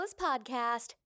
Podcast